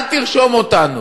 אל תרשום אותנו.